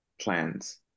plans